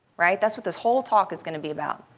right? that's what this whole talk is going to be about.